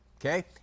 okay